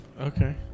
Okay